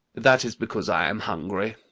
that is because i am hungry.